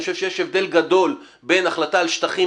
אני חושב שיש הבדל גדול בין החלטה על שטחים